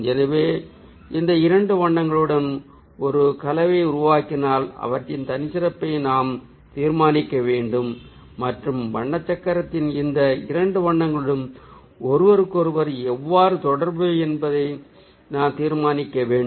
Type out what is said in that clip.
எனவே இந்த இரண்டு வண்ணங்களுடன் ஒரு கலவையை உருவாக்கினால் அவற்றின் தனிச்சிறப்பையும் நாம் தீர்மானிக்க வேண்டும் மற்றும் வண்ண சக்கரத்தில் இந்த இரண்டு வண்ணங்களும் ஒருவருக்கொருவர் எவ்வாறு தொடர்புடையவை என்பதையும் நாம் தீர்மானிக்க வேண்டும்